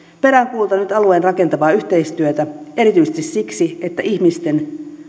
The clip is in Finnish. peräänkuulutan nyt alueen rakentavaa yhteistyötä erityisesti siksi että ihmisten